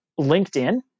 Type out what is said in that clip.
LinkedIn